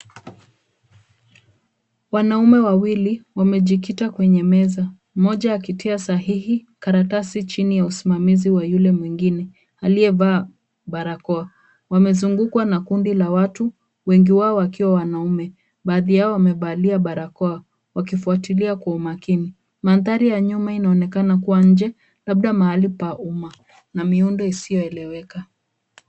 Wanaume wawili wamejikita kwenye meza, mmoja akitia sahihi karatasi chini ya usimamizi wa yule mwingine aliyevaa barakoa. Wamezungukwa na kundi la watu, wengi wao wakiwa wanaume. Baadhi yao wamevalia barakoa wakifuatilia kwa umakini. Mandhari ya nyuma inaonekana kuwa nje labda mahali pa umma na miundo isiyoeleweka.